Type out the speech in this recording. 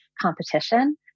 competition